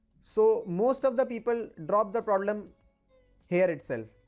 so most of the people drop the problem here itself.